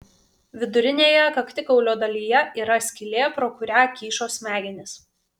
vidurinėje kaktikaulio dalyje yra skylė pro kurią kyšo smegenys